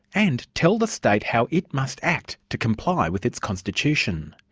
and tell the state how it must act to comply with its constitution.